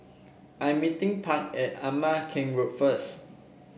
I'm meeting Park at Ama Keng Road first